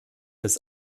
des